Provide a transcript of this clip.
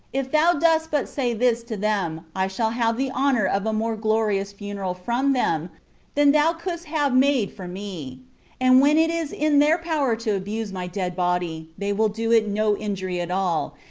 if thou dost but say this to them, i shall have the honor of a more glorious funeral from them than thou couldst have made for me and when it is in their power to abuse my dead body, they will do it no injury at all,